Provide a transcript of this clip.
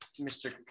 Mr